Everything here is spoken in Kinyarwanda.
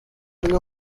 uyu